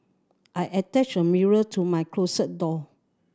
I attached a mirror to my closet door